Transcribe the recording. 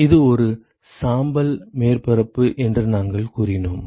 இது ஒரு சாம்பல் மேற்பரப்பு என்றும் நாங்கள் கூறினோம்